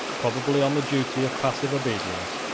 probably on the duty of passive obedience,